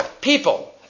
people